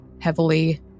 heavily